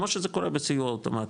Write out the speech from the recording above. כמו שזה קורה בסיוע אוטומטי,